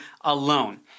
alone